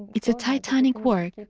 it's a titanic work?